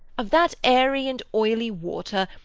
of that airy and oily water,